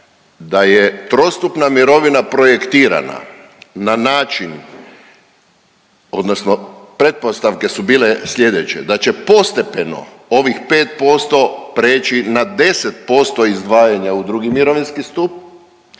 da je trostupna mirovina projektirana na način odnosno pretpostavke su bile sljedeće, da će postepeno ovih 5% preći na 10% izdvajanja u drugi mirovinski stup